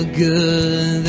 good